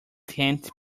tent